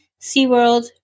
SeaWorld